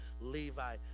Levi